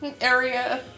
area